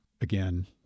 again